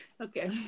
Okay